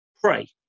pray